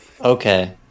Okay